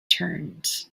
turned